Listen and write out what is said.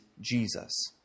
Jesus